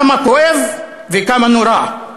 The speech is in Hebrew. כמה כואב וכמה נורא.